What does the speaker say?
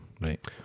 Right